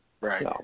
Right